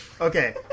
Okay